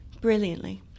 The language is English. brilliantly